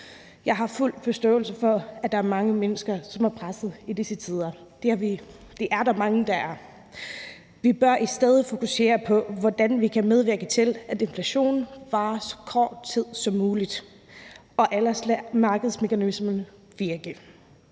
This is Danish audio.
Jeg har fuld forståelse for, at der er mange mennesker, som er pressede i disse tider. Det er der mange der er, men vi bør i stedet fokusere på, hvordan vi kan medvirke til, at inflationen varer så kort tid som muligt, og ellers lade markedsmekanismerne virke.